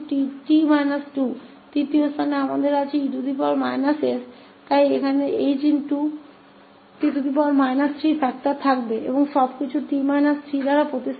तीसरे स्थान पर हमारे पास e s है इसलिए यहाँ 𝐻𝑡 − 3 का फैक्टर होगा और सब कुछ t 3 से बदल दिया जाएगा